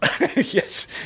Yes